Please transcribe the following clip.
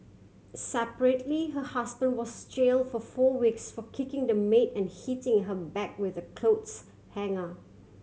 separately her husband was jail for four weeks for kicking the maid and hitting her back with a clothes hanger